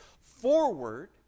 forward